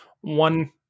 one